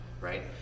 right